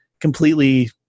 completely